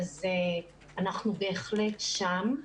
אז אנחנו בהחלט שם,